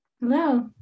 Hello